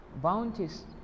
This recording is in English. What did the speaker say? bounties